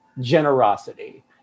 generosity